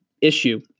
issue